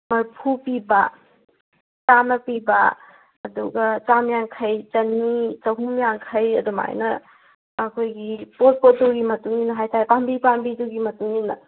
ꯃꯔꯤꯐꯨ ꯄꯤꯕ ꯆꯥꯝꯃ ꯄꯤꯕ ꯑꯗꯨꯒ ꯆꯥꯝ ꯌꯥꯡꯈꯩ ꯆꯅꯤ ꯆꯍꯨꯝ ꯌꯥꯡꯈꯩ ꯑꯗꯨꯃꯥꯏꯅ ꯑꯩꯈꯣꯏꯒꯤ ꯄꯣꯠ ꯄꯣꯠꯇꯨꯒꯤ ꯃꯇꯨꯡ ꯏꯟꯅ ꯍꯥꯏꯇꯔꯦ ꯄꯥꯝꯕꯤ ꯄꯥꯝꯕꯤꯗꯨꯒꯤ ꯃꯇꯨꯡ ꯏꯟꯅ